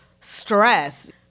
stress